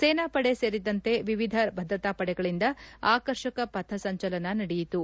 ಸೇನಾಪಡೆ ಸೇರಿದಂತೆ ವಿವಿಧ ಭದ್ರತಾಪಡೆಗಳಿಂದ ಆಕರ್ಷಕ ಪಥಸಂಚಲನ ನಡೆಯಿತು